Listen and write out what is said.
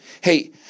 Hey